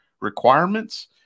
requirements